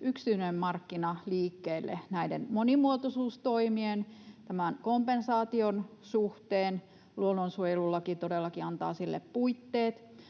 yksityinen markkina lähtee liikkeelle näiden monimuotoisuustoimien, tämän kompensaation suhteen — luonnonsuojelulaki todellakin antaa sille puitteet